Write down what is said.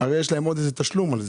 יש עוד תשלום על זה,